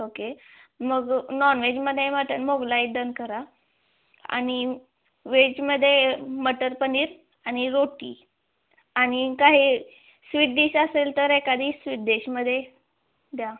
okay मग नॉनवेजमध्ये mutton Mughlai done करा आणि वेजमध्ये मटर पनीर आणि रोटी आणि काही स्वीट डिश असेल तर एखादी स्वीट डिशमध्ये द्या